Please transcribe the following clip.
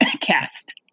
cast